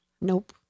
Nope